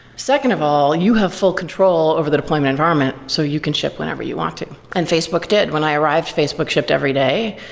second of all, you have full control over the deployment environment so you can ship whenever you want to. and facebook did. when i arrived, facebook shipped every day.